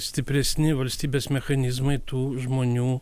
stipresni valstybės mechanizmai tų žmonių